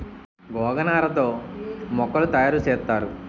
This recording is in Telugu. గోగనార తో మోకులు తయారు సేత్తారు